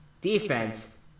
Defense